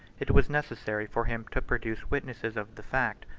it was necessary for him to produce witnesses of the fact.